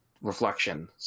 reflection